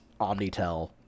Omnitel